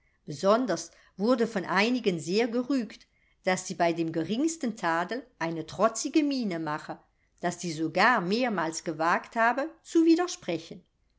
besonders wurde von einigen sehr gerügt daß sie bei dem geringsten tadel eine trotzige miene mache daß sie sogar mehrmals gewagt habe zu widersprechen